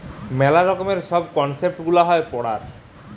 মেলা রকমের সব কনসেপ্ট গুলা হয় পড়ার